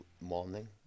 morning